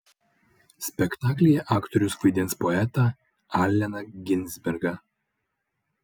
spektaklyje aktorius vaidins poetą alleną ginsbergą